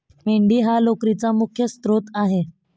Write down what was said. मेंढी हा लोकरीचा मुख्य स्त्रोत आहे